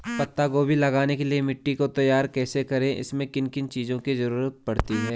पत्ता गोभी लगाने के लिए मिट्टी को तैयार कैसे करें इसमें किन किन चीज़ों की जरूरत पड़ती है?